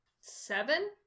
seven